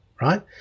Right